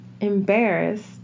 embarrassed